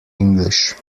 english